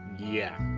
yeah,